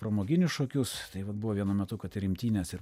pramoginius šokius tai vat buvo vienu metu kad ir imtynės ir